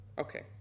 Okay